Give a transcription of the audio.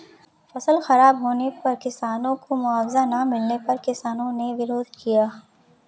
फसल खराब होने पर किसानों को मुआवजा ना मिलने पर किसानों ने विरोध किया